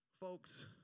Folks